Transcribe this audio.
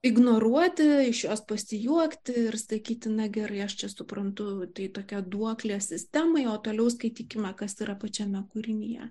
ignoruoti iš jos pasijuokti ir sakyti na gerai aš čia suprantu tai tokia duoklė sistemai o toliau skaitykime kas yra pačiame kūrinyje